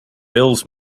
bills